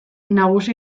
nagusi